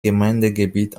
gemeindegebiet